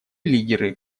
лидеры